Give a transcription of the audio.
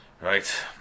right